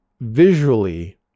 visually